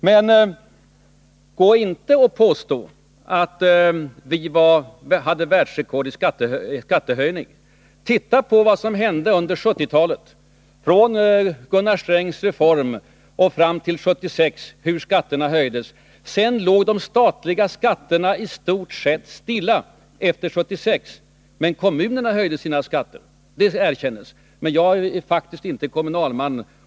Men kom inte och påstå att vi hade världsrekord i skattehöjningar. Titta på vad som hände under 1970-talet, hur skatterna höjdes från Gunnar Strängs reform fram till 1976. Därefter låg de statliga skatterna i stort sett stilla. Kommunerna höjde sina skatter, det erkänns. Men jag är faktiskt inte kommunalman.